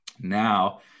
Now